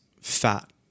fat